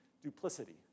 Duplicity